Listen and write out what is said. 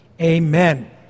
Amen